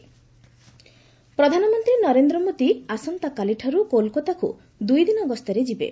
PM Kolkata ପ୍ରଧାନମନ୍ତ୍ରୀ ନରେନ୍ଦ୍ର ମୋଦି ଆସନ୍ତାକାଲିଠାରୁ କୋଲ୍କାତାକୁ ଦୁଇ ଦିନ ଗସ୍ତରେ ଯିବେ